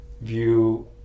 view